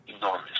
Enormous